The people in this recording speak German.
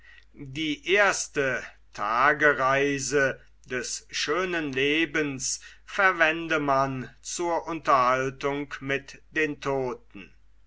die erste tagereise des schönen lebens verwende man zur unterhaltung mit den todten